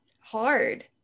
hard